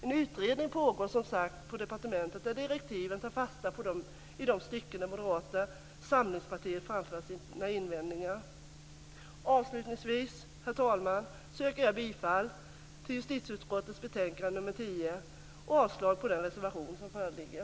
En utredning pågår som sagt på departementet, och direktiven tar fasta på de stycken där Moderata samlingspartiet framfört sina invändningar. Avslutningsvis, herr talman, yrkar jag bifall till hemställan i justitieutskottets betänkande nr 10 och avslag på den reservation som föreligger.